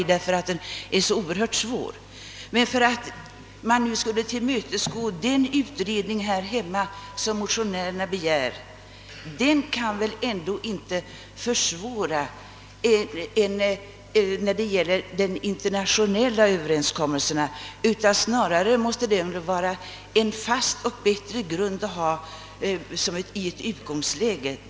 Men jag måste säga att ett tillmötesgående av motionärernas krav på en utredning knappast kan föranleda några svårigheter när det gäller de internationella överenskommelserna. Snarare skulle väl en sådan utredning utgöra en fastare och bättre grund för ett utgångsläge.